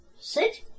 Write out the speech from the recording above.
Sit